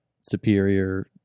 superior